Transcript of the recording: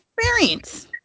experience